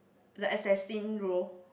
the assassin role